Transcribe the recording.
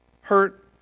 Hurt